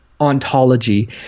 ontology